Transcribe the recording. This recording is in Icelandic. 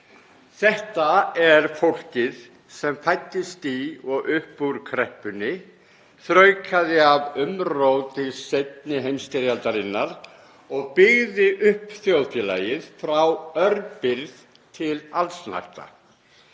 Þetta er fólkið sem fæddist í og upp úr kreppunni, þraukaði af umrót seinni heimsstyrjaldarinnar og byggði upp þjóðfélagið, frá örbirgð til allsnægta.